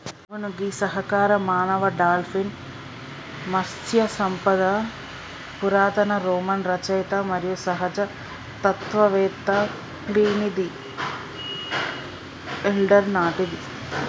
అవును గీ సహకార మానవ డాల్ఫిన్ మత్స్య సంపద పురాతన రోమన్ రచయిత మరియు సహజ తత్వవేత్త ప్లీనీది ఎల్డర్ నాటిది